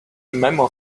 memo